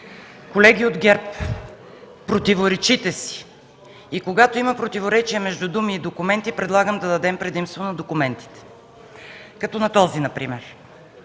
Колеги от ГЕРБ, противоречите си. Когато има противоречие между думи и документи, предлагам да дадем предимство на документите. Например на този документ